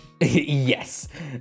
Yes